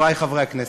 חברי חברי הכנסת,